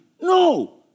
No